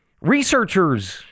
researchers